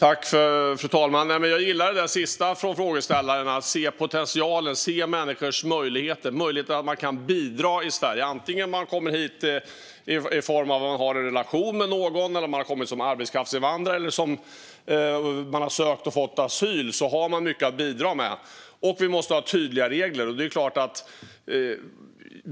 Fru talman! Jag gillar det där sista från frågeställaren: att se potentialen och att se människors möjligheter att bidra i Sverige. Oavsett om man kommer hit på grund av att man har en relation med någon eller om man kommer som arbetskraftsinvandrare eller om man har sökt och fått asyl har man mycket att bidra med. Vi måste ha tydliga regler.